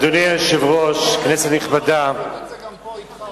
אדוני היושב-ראש, כנסת נכבדה, את זה גם פה אתך.